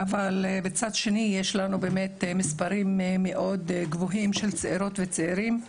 אבל מצד שני יש לנו באמת מספרים מאוד גבוהים של צעירות וצעירים,